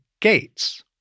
gates